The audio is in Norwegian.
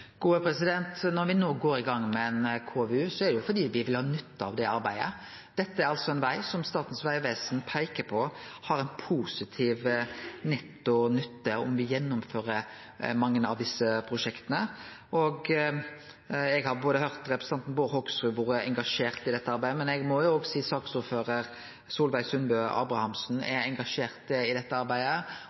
Når me no går i gang med ein KVU, er det fordi me vil ha nytte av det arbeidet. Dette er ein veg som Statens vegvesen peiker på har ei positiv netto nytte om me gjennomfører mange av desse prosjekta. Eg har høyrt representanten Bård Hoksrud har vore engasjert i dette arbeidet, men òg at saksordføraren for saka, Solveig Sundbø Abrahamsen, er engasjert i dette arbeidet.